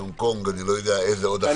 בהונג קונג אני לא יודע איזה עוד החלטות --- אני